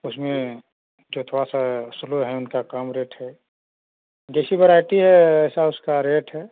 उसमें जो थोड़ा सा स्लो है उनका कम रेट है जैसी वेराइटी है वैसा उसका रेट है